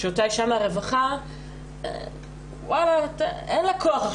אותה אישה מהרווחה אין לה כוח,